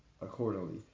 accordingly